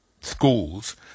schools